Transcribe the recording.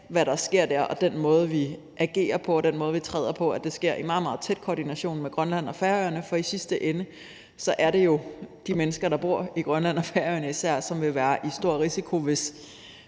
hvad der sker der, og den måde, vi agerer på, den måde, vi optræder på, sker i meget, meget tæt koordination med Grønland og Færøerne, for i sidste ende er det de mennesker, der bor i Grønland og Færøerne især, som vil være i stor risiko, hvis